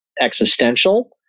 existential